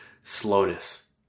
slowness